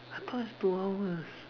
I thought it's two hours